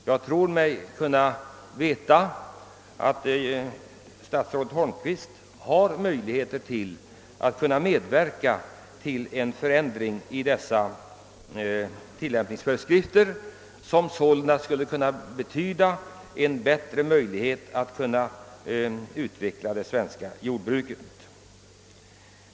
Jag tror mig veta att statsrådet Holmqvist kan medverka till en ändring av dessa tilllämpningsföreskrifter, vilket sålunda skulle kunna innebära förbättrade möjligheter att utveckla det svenska jordbruket.